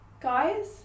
guys